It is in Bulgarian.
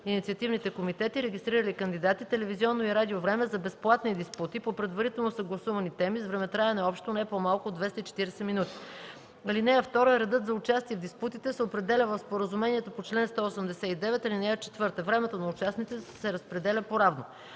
инициативните комитети, регистрирали кандидати, телевизионно и радиовреме за безплатни диспути по предварително съгласувани теми с времетраене общо не по-малко от 240 минути. (2) Редът за участие в диспутите се определя в споразумението по чл. 189, ал. 4. Времето на участниците се разпределя поравно.